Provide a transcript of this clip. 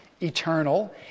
eternal